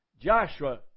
Joshua